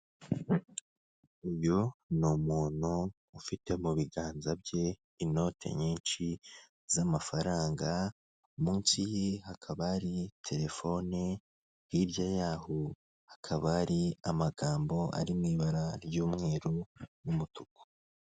Uyu ni umuntu ufite mu biganza bye inote nyinshi z'amafaranga mu nsi ye hakaba hari telefone hirya yaho hakaba hari amagambo ari mu ibara ry'umweru n'umutuku.